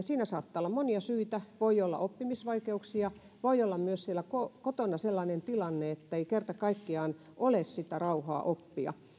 siinä saattaa olla monia syitä voi olla oppimisvaikeuksia voi olla siellä kotona sellainen tilanne ettei kerta kaikkiaan ole sitä rauhaa oppia